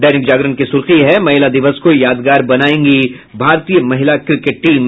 दैनिक जागरण की सुर्खी है महिला दिवस को यादगार बनायेगी भारतीय महिला क्रिकेट टीम